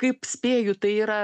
kaip spėju tai yra